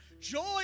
Joy